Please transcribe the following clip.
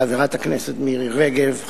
חברת הכנסת מירי רגב,